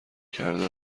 کرده